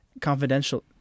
confidential